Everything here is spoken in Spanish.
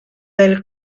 del